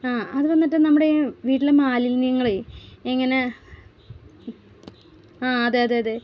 ആ അത് വന്നിട്ട് നമ്മുടെ വീട്ടിലെ മാലിന്യങ്ങളെ എങ്ങനെ ആ അതെ അതെ അതെ